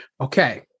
Okay